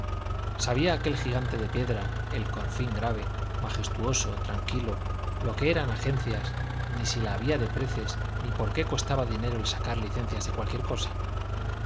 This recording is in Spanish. sabía aquel gigante de piedra el corfín grave majestuoso tranquilo lo que eran agencias ni si la había de preces ni por qué costaba dinero el sacar licencias de cualquier cosa